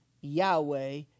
Yahweh